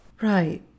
Right